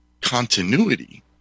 continuity